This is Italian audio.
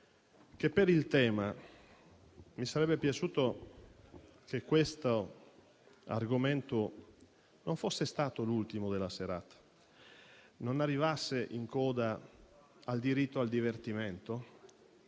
che, visto il tema, mi sarebbe piaciuto che questo argomento non fosse stato l'ultimo della serata e non arrivasse in coda al diritto al divertimento,